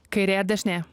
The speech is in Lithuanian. kairė dešinė